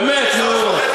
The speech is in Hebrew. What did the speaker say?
באמת, נו.